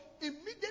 immediately